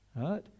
right